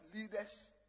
leaders